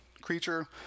creature